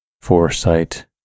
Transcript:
foresight